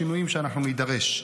בשינויים שאנחנו נידרש,